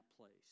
place